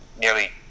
nearly